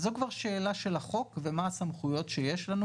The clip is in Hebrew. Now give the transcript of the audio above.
זו כבר שאלה של החוק ומה הסמכויות שיש לנו